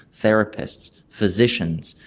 therapists, physicians,